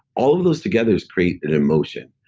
all of those together create an emotion.